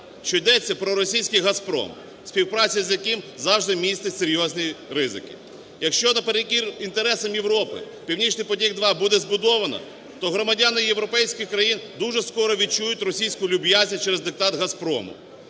йдеться про російський "Газпром", співпраця з яким завжди містить серйозні ризики. Якщо на перекір інтересам Європи "Північний потік-2" буде збудовано, то громадяни європейських країн дуже скоро відчують російську люб'язність через диктат "Газпрому".